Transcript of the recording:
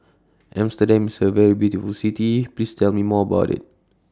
Amsterdam IS A very beautiful City Please Tell Me More about IT